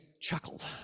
chuckled